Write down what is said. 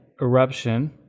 eruption